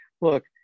look